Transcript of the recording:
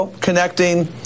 connecting